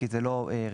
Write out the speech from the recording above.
כי זה לא רצוני.